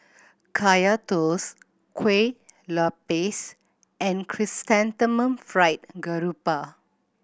Kaya Toast Kuih Lopes and Chrysanthemum Fried Garoupa